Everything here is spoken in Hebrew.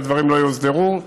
אם הדברים לא יוסדרו,